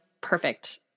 perfect